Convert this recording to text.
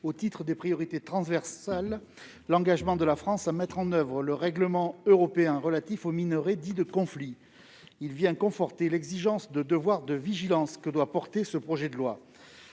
au titre des priorités transversales l'engagement de la France à mettre en oeuvre le règlement européen relatif aux minerais dits « de conflit ». Il vise à conforter l'exigence de vigilance qui doit imprimer sa marque à ce projet de loi.